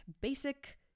basic